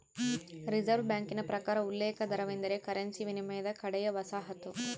reserve ಬ್ಯಾಂಕಿನ ಪ್ರಕಾರ ಉಲ್ಲೇಖ ದರವೆಂದರೆ ಕರೆನ್ಸಿ ವಿನಿಮಯದ ಕಡೆಯ ವಸಾಹತು